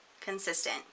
consistent